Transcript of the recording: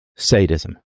sadism